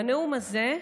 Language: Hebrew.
בנאום הזה,